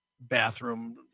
bathroom